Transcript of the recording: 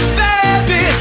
baby